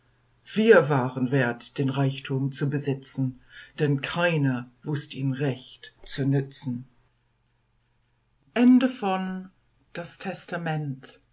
wir waren wert den reichtum zu besitzen denn keiner wußt ihn recht zu nützen